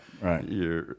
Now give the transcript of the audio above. Right